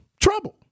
trouble